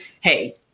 hey